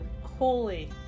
Holy